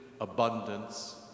abundance